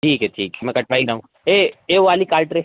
ठीक है ठीक है मैं कटवा ही रहा हूँ ए ए वह वाली काट रे